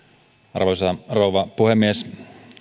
arvoisa rouva puhemies